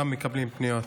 פניות.